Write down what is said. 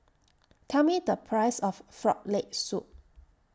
Tell Me The Price of Frog Leg Soup